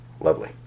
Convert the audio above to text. Lovely